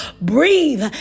Breathe